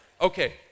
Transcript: Okay